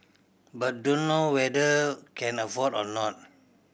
but dunno whether can afford or not